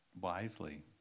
Wisely